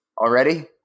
Already